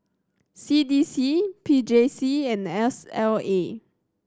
C D C P J C and S L A